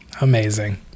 Amazing